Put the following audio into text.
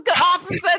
officer